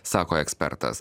sako ekspertas